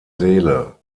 seele